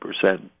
percent